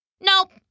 Nope